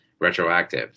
retroactive